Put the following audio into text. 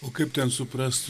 o kaip ten suprast